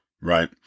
Right